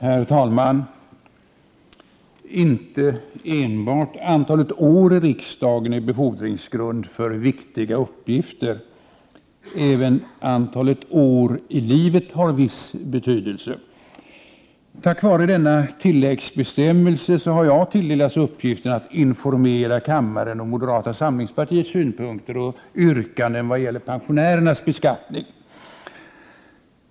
Herr talman! Inte enbart antalet år i riksdagen är befordringsgrund för viktiga uppgifter. Även antalet år i livet har viss betydelse. Tack vare denna tilläggsbestämmelse har jag tilldelats uppgiften att informera kammaren om moderata samlingspartiets synpunkter och yrkanden vad gäller pensionärernas beskattning.